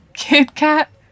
Kit-Kat